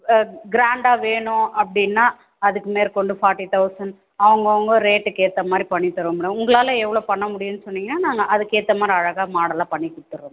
க்ராண்டாக வேணும் அப்படின்னா அதுக்கு மேற்கொண்டு ஃபார்ட்டி தௌசண்ட் அவங்கவுங்க ரேட்டுக்கு ஏற்ற மாதிரி பண்ணி தருவோம் மேடம் உங்களால் எவ்வளோ பண்ண முடியும்னு சொன்னீங்கன்னா நாங்கள் அதுக்கேற்ற மாதிரி அழகாக மாடலாக பண்ணிக் கொடுத்துர்றோம் மேடம்